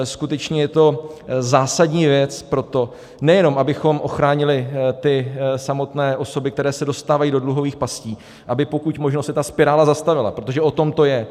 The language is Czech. Skutečně je to zásadní věc pro to, nejenom abychom ochránili ty samotné osoby, které se dostávají do dluhových pastí, aby pokud možno se ta spirála zastavila, protože o tom to je.